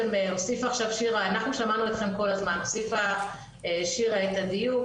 אנחנו שמענו אתכם כל הזמן, הוסיפה שירה את הדיוק